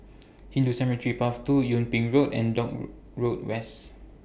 Hindu Cemetery Path two Yung Ping Road and don't Road Rice